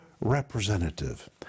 representative